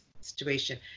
situation